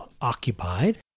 occupied